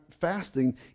fasting